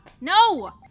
No